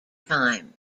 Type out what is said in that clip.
time